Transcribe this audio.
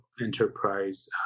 enterprise